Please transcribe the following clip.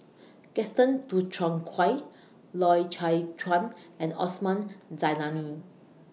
Gaston Dutronquoy Loy Chye Chuan and Osman Zailani